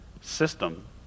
system